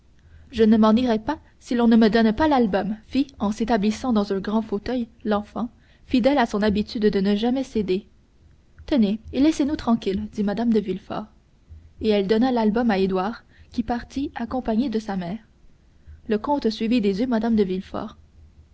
je ne m'en irai pas si l'on ne me donne pas l'album fit en s'établissant dans un grand fauteuil l'enfant fidèle à son habitude de ne jamais céder tenez et laissez-nous tranquilles dit mme de villefort et elle donna l'album à édouard qui partit accompagné de sa mère le comte suivit des yeux mme de